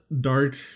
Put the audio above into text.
dark